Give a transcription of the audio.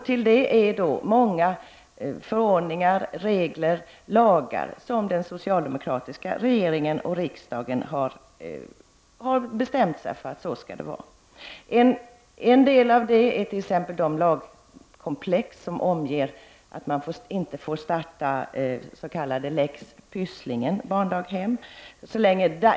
Till detta kommer många förordningar, regler och lagar som den socialdemokratiska regeringen och riksdagen har fattat beslut om och sagt att så skall det vara. En del av detta är t.ex. de lagkomplex, s.k. Lex pysslingen, som gör att man inte har möjlighet att starta sådana barndaghem.